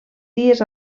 dies